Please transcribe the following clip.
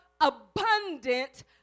abundant